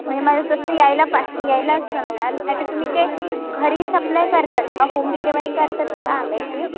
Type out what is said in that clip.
म्हणजे मला तसं यायला पाय यायला जमणार नाही तर तुम्ही काय घरी सप्लाय करतात का होम डिलेवरी करतात का आंब्याची